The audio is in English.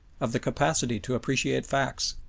of the capacity to appreciate facts,